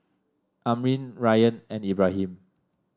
Amrin Ryan and Ibrahim